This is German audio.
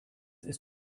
ist